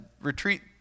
retreat